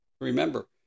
Remember